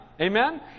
Amen